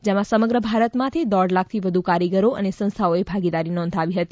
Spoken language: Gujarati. જેમાં સમગ્ર ભારતમાંથી દોઢ લાખથી વધુ કારીગરો અને સંસ્થાઓએ ભાગીદારી નોંધાવી હતી